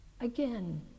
Again